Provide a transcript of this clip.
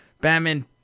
Batman